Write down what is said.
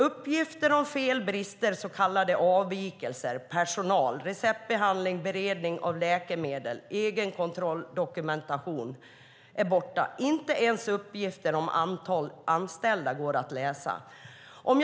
Uppgifter om fel och brister, så kallade avvikelser, avseende personal, receptbehandling, beredning av läkemedel, egenkontroll och dokumentation är borta. Inte ens uppgifter om antalet anställda går det att läsa om.